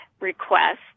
request